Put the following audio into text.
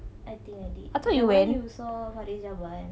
I think I did the one you saw fariz jabba [one]